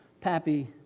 Pappy